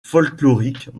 folkloriques